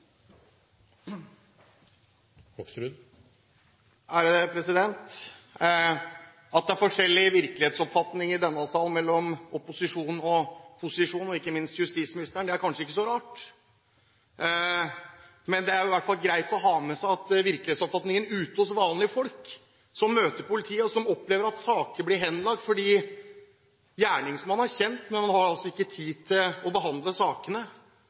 forskjellig virkelighetsoppfatning i denne salen hos opposisjonen og hos posisjonen – ikke minst justisministeren – er kanskje ikke så rart. Det er i hvert fall greit å ha med seg at virkelighetsoppfatningen ute hos vanlige folk som møter politiet, er at man opplever at saker blir henlagt selv om gjerningsmannen er kjent, for man har altså ikke tid til å behandle